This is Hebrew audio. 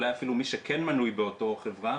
אולי אפילו מי שכן מנוי באותה חברה,